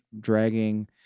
dragging